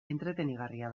entretenigarria